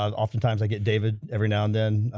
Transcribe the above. oftentimes i get david every now and then,